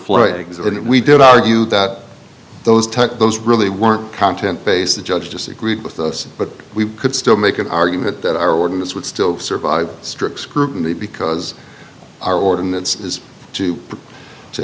and we did argue that those type those really weren't content based the judge disagreed with us but we could still make an argument that our ordinance would still survive strict scrutiny because our ordinance is to